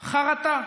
חרטה.